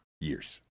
years